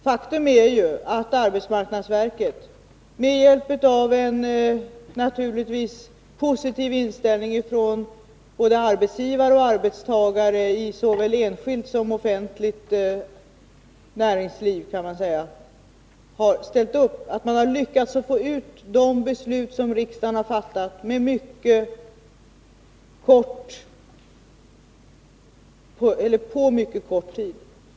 Faktum är att arbetsmarknadsverket — naturligtvis med hjälp av en positiv inställning ifrån både arbetsgivare och arbetstagare på såväl den enskilda som den offentliga sidan — på mycket kort tid har lyckats få ut de beslut som riksdagen har fattat.